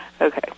Okay